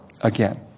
again